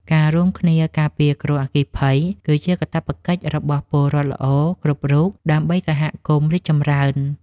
ការរួមគ្នាការពារគ្រោះអគ្គិភ័យ គឺជាកាតព្វកិច្ចរបស់ពលរដ្ឋល្អគ្រប់រូបដើម្បីសហគមន៍រីកចម្រើន។